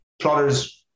plotters